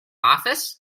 office